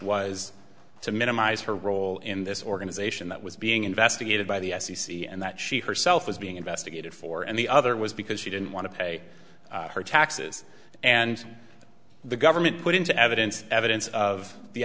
was to minimize her role in this organization that was being investigated by the f c c and that she herself was being investigated for and the other was because she didn't want to pay her taxes and the government put into evidence evidence of the